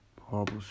horrible